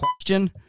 question